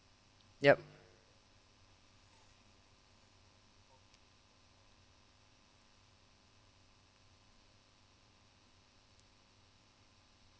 yup